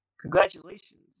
congratulations